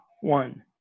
one